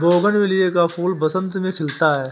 bougainvillea का फूल बसंत में खिलता है